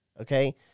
okay